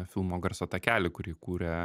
filmo garso takelį kurį kūrė